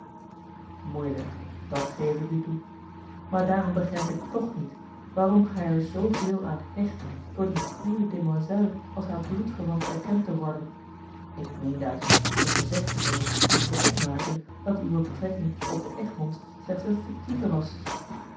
moeilijk dat geef ik u toe maar daarom begrijp ik toch niet waarom gij er zooveel aan hecht door die prude demoiselle als haar bloedverwant erkend te worden ik meende uit een a l g bosboom-toussaint de delftsche wonderdokter eel vroeger gezegde van u te moeten opmaken dat uwe betrekking op de egmonds slechts eene fiktieve was